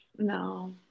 no